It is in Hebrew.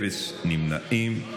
אין נמנעים.